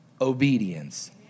obedience